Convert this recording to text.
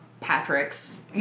Patrick's